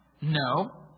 No